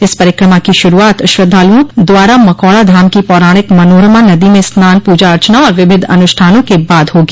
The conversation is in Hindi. इस परिक्रमा की श्रूआत श्रद्धालुओं द्वारा मखौड़ा धाम की पौराणिक मनोरमा नदी मे स्नान पूजा अर्चना और विविध अनुष्ठानों के बाद होगी